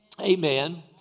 Amen